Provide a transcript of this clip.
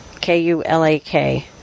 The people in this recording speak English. K-U-L-A-K